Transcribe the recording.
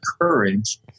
courage